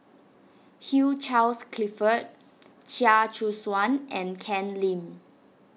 Hugh Charles Clifford Chia Choo Suan and Ken Lim